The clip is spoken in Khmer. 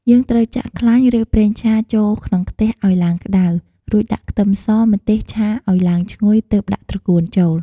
យើងត្រូវចាក់ខ្លាញ់ ឬប្រេងឆាចូលក្នុងខ្ទះឲ្យឡើងក្ដៅ រួចដាក់ខ្ទឹមស ម្ទេស ឆាឲ្យឡើងឈ្ងុយទើបដាក់ត្រកួនចូល។